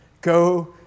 Go